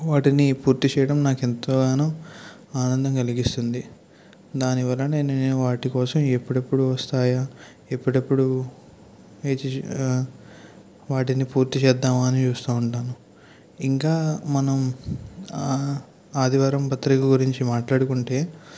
వాటిని పూర్తి చేయడం నాకు ఎంతోగానో ఆనందం కలిగిస్తుంది దానివలనే నేను వాటికోసం ఎప్పుడెప్పుడు వస్తాయా ఎప్పుడెప్పుడు వేచి చూసి వాటిని పూర్తి చేద్దాం అని చూస్తూంటాను ఇంకా మనం ఆదివారం పత్రిక గురించి మాట్లాడుకుంటే